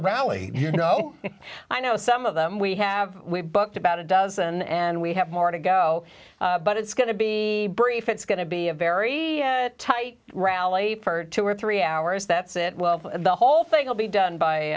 rally you know i know some of them we have we booked about a dozen and we have more to go five but it's going to be brief it's going to be a very tight rally for two or three hours that's it well the whole thing will be done by